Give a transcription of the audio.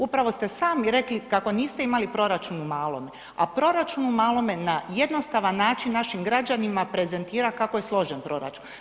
Upravo ste sami rekli kako niste imali proračun u malome, a proračun u malome na jednostavan način našim građanima prezentira kako je složen proračun.